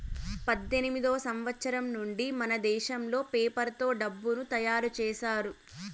పద్దెనిమిదివ సంవచ్చరం నుండి మనదేశంలో పేపర్ తో డబ్బులు తయారు చేశారు